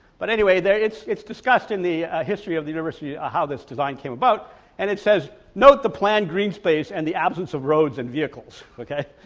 but anyway there it's it's discussed in the history of the university ah how this design came about and it says, note the plan green space and the absence of roads and vehicles, okay.